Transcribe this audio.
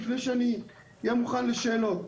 לפני שאני אהיה מוכן לשאלות.